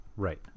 Right